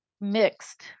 mixed